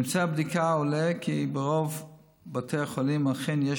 מממצאי הבדיקה עולה כי ברוב בתי החולים אכן יש